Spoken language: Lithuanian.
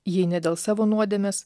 jei ne dėl savo nuodėmės